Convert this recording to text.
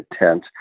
intent